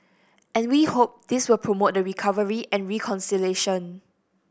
and we hope this will promote the recovery and reconciliation